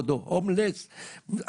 כשישבתי עם